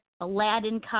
Aladdin